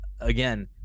again